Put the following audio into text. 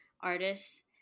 artists